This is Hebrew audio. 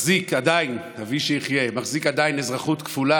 מחזיק עדיין אזרחות כפולה,